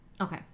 Okay